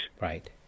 Right